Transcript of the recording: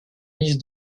mise